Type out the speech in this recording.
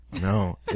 No